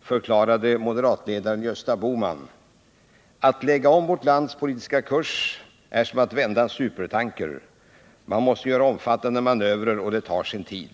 förklarade moderatledaren Gösta Bohman: Att lägga om vårt lands politiska kurs är som att vända en supertanker. Man måste göra omfattande manövrer, och det tar sin tid.